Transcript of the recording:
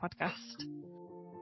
podcast